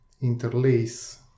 interlace